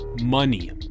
Money